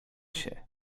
się